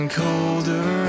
colder